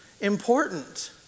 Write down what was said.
important